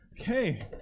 Okay